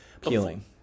Peeling